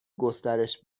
گسترش